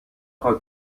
خواد